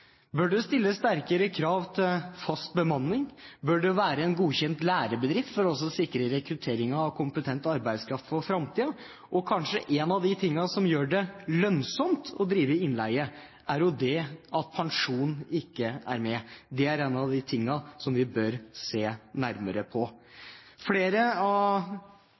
Bør det stilles sterkere krav til fast bemanning? Bør det være en godkjent lærebedrift for å sikre rekruttering av kompetent arbeidskraft for framtiden? En av de tingene som kanskje gjør det lønnsomt å drive innleie, er jo at pensjon ikke er med. Det er én av de tingene vi bør se nærmere på. Flere av